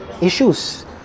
issues